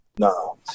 No